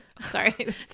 Sorry